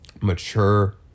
mature